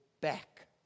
back